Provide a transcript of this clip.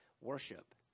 worship